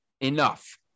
Enough